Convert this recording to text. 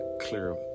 clear